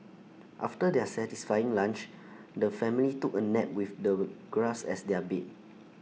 after their satisfying lunch the family took A nap with the grass as their bed